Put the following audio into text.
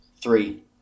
Three